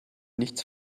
nichts